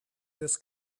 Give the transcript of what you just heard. this